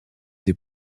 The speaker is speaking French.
des